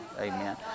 Amen